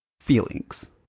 feelings